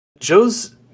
Joe's